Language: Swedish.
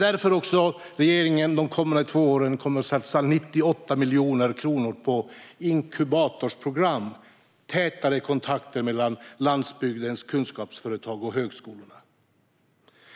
Därför kommer regeringen under de kommande två åren att satsa 98 miljoner kronor på inkubatorsprogram med tätare kontakter mellan landsbygdens kunskapsföretag och högskolorna.